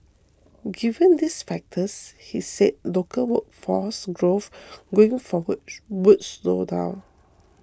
given these factors he said local workforce growth going forward would slow down